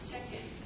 Second